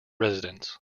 residents